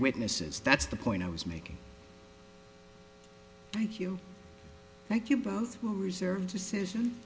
witnesses that's the point i was making thank you thank you both will reserve decision